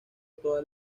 todas